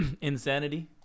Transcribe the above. Insanity